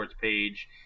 page